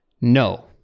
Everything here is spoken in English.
no